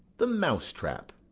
the mouse-trap.